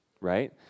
right